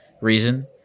reason